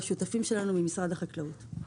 השותפים שלנו ממשרד החקלאות.